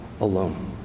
alone